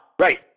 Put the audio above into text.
Right